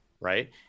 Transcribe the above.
right